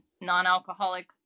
non-alcoholic